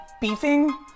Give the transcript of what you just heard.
beefing